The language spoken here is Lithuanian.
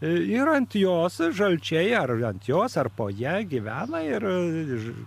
ir ant jos žalčiai ar ant jos ar po ja gyvena ir